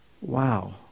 wow